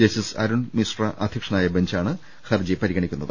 justice Arun Mishra അധ്യക്ഷനായ ബെഞ്ചാണ് ഹർജി പരിഗണിക്കുന്നത്